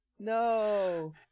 No